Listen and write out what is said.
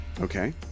Okay